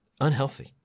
unhealthy